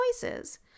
choices